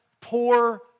poor